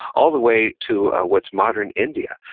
all the way to what's modern india.